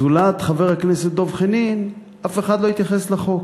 זולת חבר הכנסת דב חנין אף אחד לא התייחס לחוק.